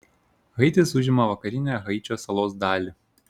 haitis užima vakarinę haičio salos dalį